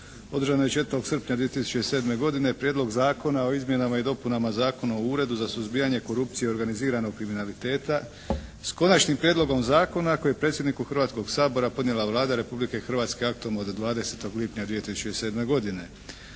održanoj 4. srpnja 2007. godine Prijedlog zakona o izmjenama i dopunama Zakona o Uredu za suzbijanje korupcije i organiziranog kriminaliteta s Konačnim prijedlogom zakona koji je predsjedniku Hrvatskog sabora podnijela Vlada Republike Hrvatske aktom od 20. lipnja 2007. godine.